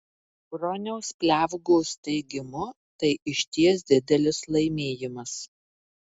broniaus pliavgos teigimu tai išties didelis laimėjimas